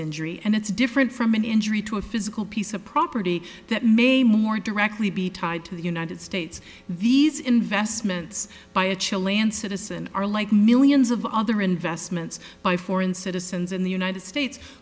injury and it's different from an injury to a physical piece of property that may more directly be tied to the united states these investments by a chill land citizen are like millions of other investments by foreign citizens in the united states